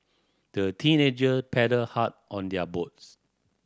the teenager paddled hard on their boats